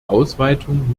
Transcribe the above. ausweitung